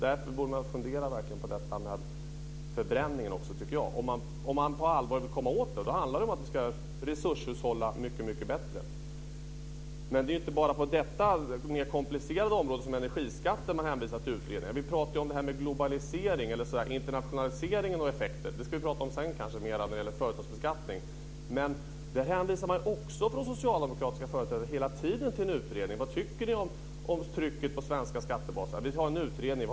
Därför borde man verkligen fundera på frågan om förbränning, tycker jag. Om man på allvar vill komma åt det handlar det om att vi ska resurshushålla mycket bättre. Men det är inte bara på detta mer komplicerade område som gäller energiskatten som man hänvisar till utredningar. Vi pratar om globalisering och internationaliseringen av effekter. Det ska vi prata mer om sedan när det gäller företagsbeskattning. Där hänvisar socialdemokratiska företrädare också hela tiden till en utredning. Vad tycker ni om trycket på svenska skattebasen? Jo, vi ska ha en utredning.